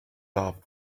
laugh